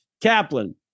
Kaplan